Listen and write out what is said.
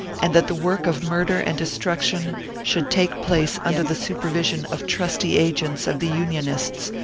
and that the work of murder and destruction should take place under the super vision of trusty agents of the unionists,